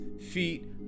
feet